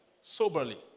soberly